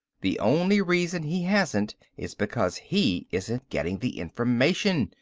the only reason he hasn't is because he isn't getting the information.